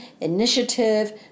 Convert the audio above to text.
initiative